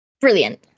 Brilliant